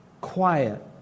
quiet